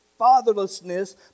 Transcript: fatherlessness